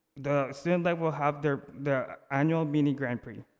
the student-led will have the the annual mini grand prix.